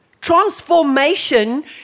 transformation